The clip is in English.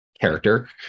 character